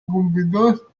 compétence